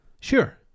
sure